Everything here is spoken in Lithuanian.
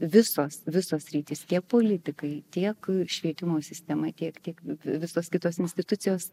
visos sritys tiek politikai tiek švietimo sistema tiek tiek visos kitos institucijos